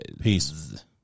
Peace